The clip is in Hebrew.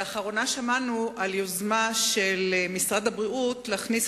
לאחרונה שמענו על יוזמה של משרד הבריאות להכניס